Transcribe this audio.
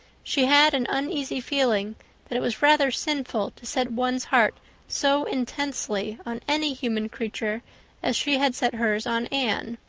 she had an uneasy feeling that it was rather sinful to set one's heart so intensely on any human creature as she had set hers on anne,